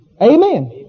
Amen